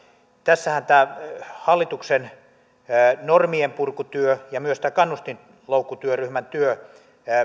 tässähän hallituksen normienpurkutyö ja myös kannustinloukkutyöryhmän työ